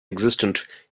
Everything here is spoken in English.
existent